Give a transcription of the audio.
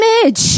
image